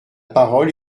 parole